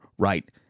Right